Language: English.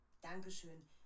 Dankeschön